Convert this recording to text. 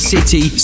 City